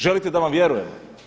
Želite da vam vjerujemo.